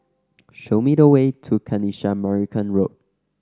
show me the way to Kanisha Marican Road